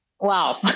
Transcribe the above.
wow